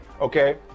Okay